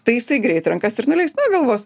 tai jisai greit rankas ir nuleis nu galvos